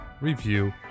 review